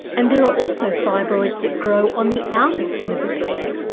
and there are also fibroids that grow on the outer skin of the pear,